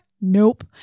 Nope